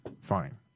fine